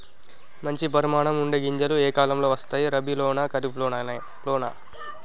మంచి పరిమాణం ఉండే గింజలు ఏ కాలం లో వస్తాయి? రబీ లోనా? ఖరీఫ్ లోనా?